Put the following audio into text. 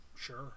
Sure